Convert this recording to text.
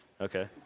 Okay